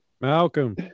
Malcolm